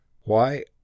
Why